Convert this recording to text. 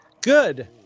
Good